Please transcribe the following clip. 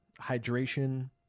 hydration